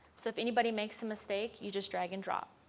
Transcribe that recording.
so if anybody makes a mistake you just drag and drop.